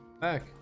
Back